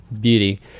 beauty